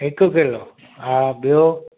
हिक किलो हा ॿियो